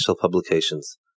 Publications